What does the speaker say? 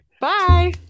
Bye